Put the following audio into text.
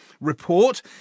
report